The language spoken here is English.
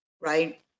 right